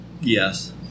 yes